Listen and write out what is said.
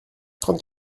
trente